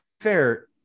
fair